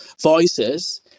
voices